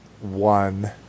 one